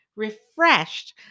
refreshed